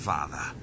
Father